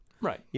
Right